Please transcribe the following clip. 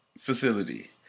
facility